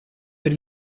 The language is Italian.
per